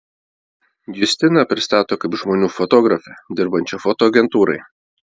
justiną pristato kaip žmonių fotografę dirbančią fotoagentūrai